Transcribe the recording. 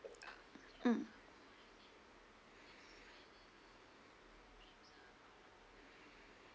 mm